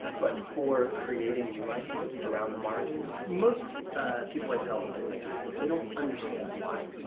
but for creating new ideas around the margins. most people i tell this is my favorite book, they don't understand why.